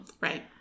Right